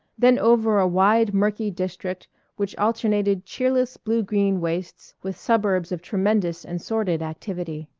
then over a wide murky district which alternated cheerless blue-green wastes with suburbs of tremendous and sordid activity.